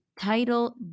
title